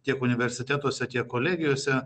tiek universitetuose tiek kolegijose